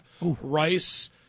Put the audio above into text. rice